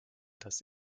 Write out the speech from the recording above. das